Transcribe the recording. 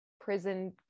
prison